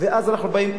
ואז אנחנו באים: